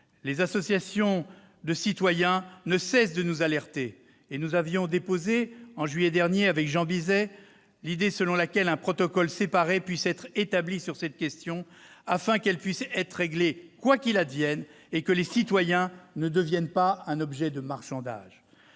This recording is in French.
Les associations de citoyens ne cessent de nous alerter. Nous avions proposé en juillet dernier avec Jean Bizet qu'un protocole séparé soit établi sur cette question, afin qu'elle puisse être réglée quoi qu'il advienne et que les citoyens ne deviennent pas un objet de marchandage.